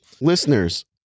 Listeners